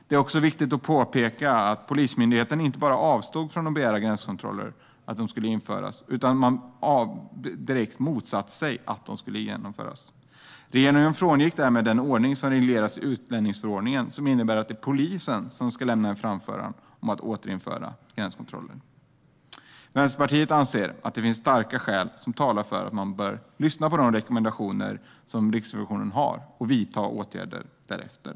Det är också viktigt att påpeka att Polismyndigheten inte bara avstod från att begära att gränskontroller skulle införas utan direkt motsatte sig att de skulle genomföras. Regeringen frångick därmed den ordning som regleras i utlänningsförordningen som innebär att det är polisen som ska lämna en framställning om att återinföra gränskontroller. Vänsterpartiet anser att det finns starka skäl som talar för att man bör lyssna på de rekommendationer som Riksrevisionen har och vidta åtgärder därefter.